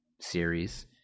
series